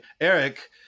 Eric